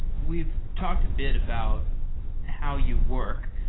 we've talked a bit about how you work.